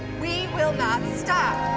we will not stop.